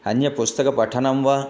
अन्यपुस्तकपठनं वा